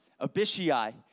Abishai